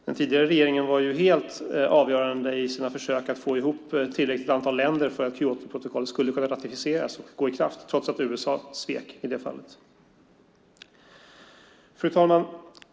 Den tidigare regeringen var helt avgörande i sina försök att få ihop tillräckligt antal länder för att Kyotoprotokollet skulle kunna ratificeras och träda i kraft trots att USA svek i det fallet. Fru talman!